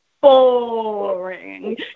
boring